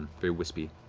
very wispy.